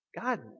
God